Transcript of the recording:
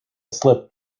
slip